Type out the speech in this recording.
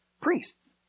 priests